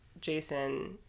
Jason